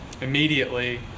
immediately